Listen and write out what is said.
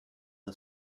the